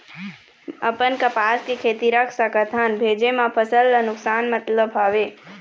अपन कपास के खेती रख सकत हन भेजे मा फसल ला नुकसान मतलब हावे?